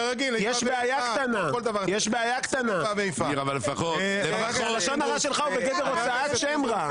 כרגיל --- כל דבר ------ לשון הרע שלך הוא בגדר הוצאת שם רע.